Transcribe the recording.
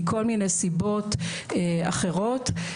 מכל מיני סיבות אחרות.